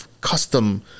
custom